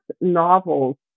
novels